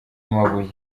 amabuye